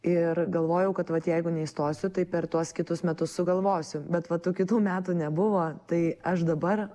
ir galvojau kad vat jeigu neįstosiu tai per tuos kitus metus sugalvosiu bet vat tų kitų metų nebuvo tai aš dabar